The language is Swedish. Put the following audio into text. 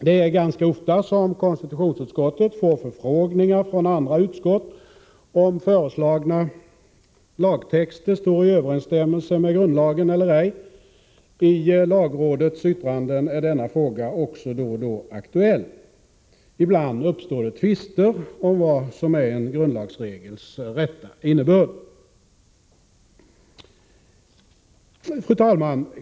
Det är ganska ofta som konstitutionsutskottet får förfrågningar från andra utskott, om föreslagna lagtexter står i överensstämmelse med grundlagen eller ej. I lagrådets yttranden är denna fråga också då och då aktuell. Ibland uppstår det tvister om vad som är en grundlagsregels rätta innebörd. Fru talman!